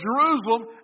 Jerusalem